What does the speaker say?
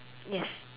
yes